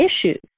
issues